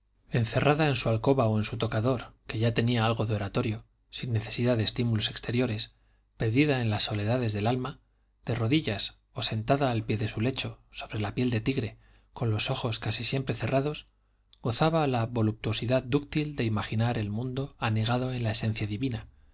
encerrada en su alcoba o en su tocador que ya tenía algo de oratorio sin necesidad de estímulos exteriores perdida en las soledades del alma de rodillas o sentada al pie de su lecho sobre la piel de tigre con los ojos casi siempre cerrados gozaba la voluptuosidad dúctil de imaginar el mundo anegado en la esencia divina